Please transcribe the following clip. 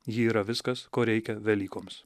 ji yra viskas ko reikia velykoms